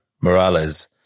Morales